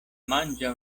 mangia